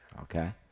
okay